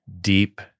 deep